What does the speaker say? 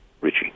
Richie